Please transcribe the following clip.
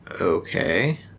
okay